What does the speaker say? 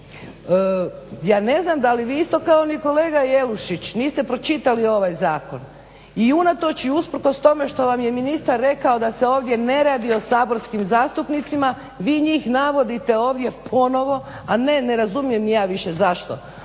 ja ne znam da li vi isto kao ni kolega Jelušić niste pročitali ovaj zakon i unatoč i usprkos tome što vam je ministar rekao da se ovdje ne radi o saborskim zastupnicima vi njih navodite ovdje ponovno, a ne razumijem ni ja više zašto